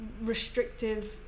restrictive